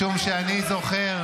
משום שאני זוכר